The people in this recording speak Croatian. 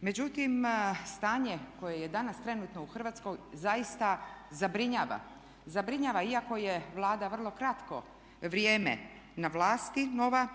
Međutim, stanje koje je danas trenutno u Hrvatskoj zaista zabrinjava. Zabrinjava iako je Vlada vrlo kratko vrijeme na vlasti nova